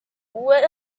what